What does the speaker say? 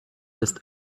ist